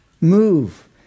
move